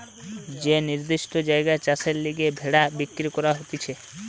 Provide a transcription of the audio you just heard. যে নির্দিষ্ট জায়গায় চাষের লিগে ভেড়া বিক্রি করা হতিছে